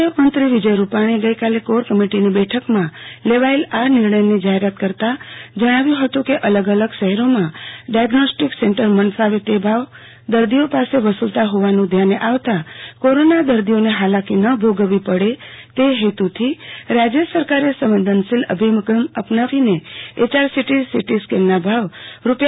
મુખ્યમંત્રો વિજય રૂપાણી એ ગઈકાલે કોર કામટીની બેઠકમાં લેવાયેલ આ નિર્ણયની જાહેરાત કરતા જણાવ્ય હતું કે અલગ અલગ શહેરોમાં ડાયગ્નોસ્ટીક સેન્ટર મનફાવે તે ભાવ દર્દીઓ પાસે વસુલતાં હોવાન ધ્યાને આવતા કોરોના દર્દીઓને હાલકી ન ભોગવવી પડે ત હેતથી રાજય સરકારે સંવેદનશીલ અભિગમ અપનાવીને એચઆરસીટી સીટી સ્કેનના ભાવ રૂા